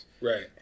Right